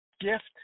gift